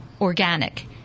organic